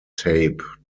tape